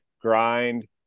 grind